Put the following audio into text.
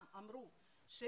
משרד האוצר,